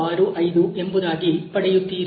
565 ಎಂಬುದಾಗಿ ಪಡೆಯುತ್ತೀರಿ